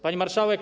Pani Marszałek!